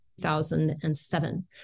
2007